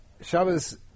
Shabbos